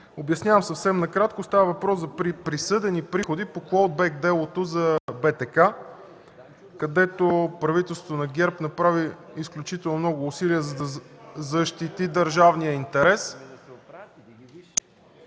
Обяснявам съвсем накратко. Става въпрос за присъдени приходи по клоу-бек делото за БТК, където правителството на ГЕРБ направи изключително много усилия, за да защити държавния интерес.